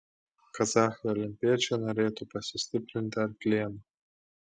kazachai olimpiečiai norėtų pasistiprinti arkliena